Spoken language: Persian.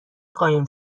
قایم